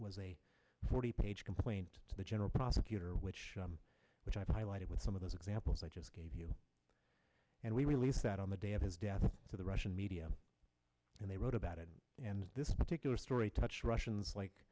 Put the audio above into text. a forty page complaint to the general prosecutor which which i've highlighted with some of those examples i just gave you and we released that on the day of his death to the russian media and they wrote about it and this particular story touch russians like